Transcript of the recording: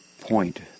point